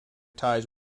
ties